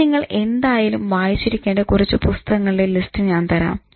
ഇനി നിങ്ങൾ എന്തായാലും വായിച്ചിരിക്കേണ്ട കുറച്ചു പുസ്തകങ്ങളുടെ ലിസ്റ്റ് ഞാൻ തരാം